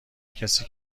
کسی